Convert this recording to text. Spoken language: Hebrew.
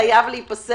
חייב להיפסק.